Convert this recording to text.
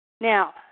Now